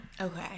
Okay